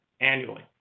annually